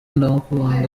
ndamukunda